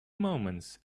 moments